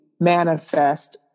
manifest